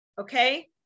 okay